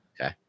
Okay